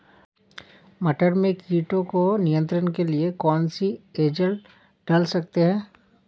मटर में कीटों के नियंत्रण के लिए कौन सी एजल डाल सकते हैं?